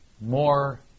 more